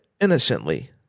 innocently